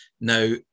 Now